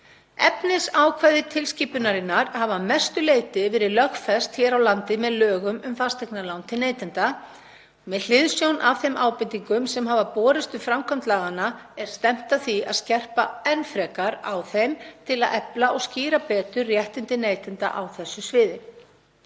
Efnisákvæði tilskipunarinnar hafa að mestu leyti verið lögfest hér á landi með lögum um fasteignalán til neytenda. Með hliðsjón af þeim ábendingum sem hafa borist um framkvæmd laganna er stefnt að því að skerpa enn frekar á þeim til að efla og skýra betur réttindi neytenda á þessu sviði.